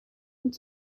und